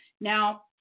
Now